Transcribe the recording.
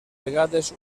vegades